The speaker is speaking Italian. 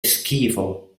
schifo